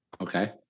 okay